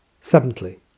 Seventhly